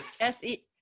S-E